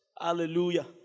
Hallelujah